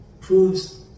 proves